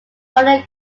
royal